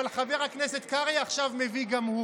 אבל חבר הכנסת קרעי מביא עכשיו גם הוא.